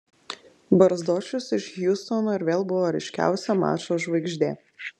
barzdočius iš hjustono ir vėl buvo ryškiausia mačo žvaigždė